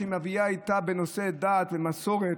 שהיא מביאה איתה בנושאי דת ומסורת,